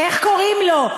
איך קוראים לו?